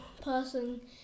person